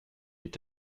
est